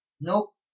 Nope